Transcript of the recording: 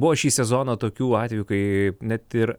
buvo šį sezoną tokių atvejų kai net ir